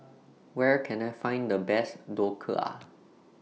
Where Can I Find The Best Dhokla